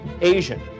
asian